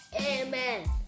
Amen